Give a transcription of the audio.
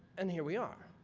and here we are.